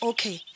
Okay